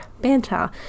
banter